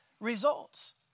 results